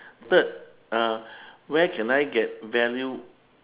third uh where can I get value